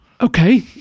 Okay